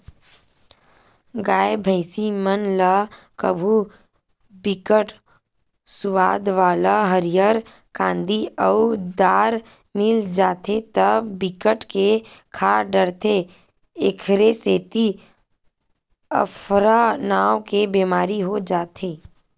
गाय, भइसी मन ल कभू बिकट सुवाद वाला हरियर कांदी अउ दार मिल जाथे त बिकट के खा डारथे एखरे सेती अफरा नांव के बेमारी हो जाथे